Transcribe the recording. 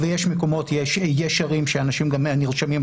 יש ערים שאנשים גם נרשמים לבנקים,